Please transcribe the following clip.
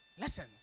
listen